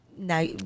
Now